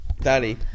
Daddy